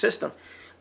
system